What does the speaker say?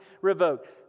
revoked